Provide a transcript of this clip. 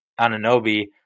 Ananobi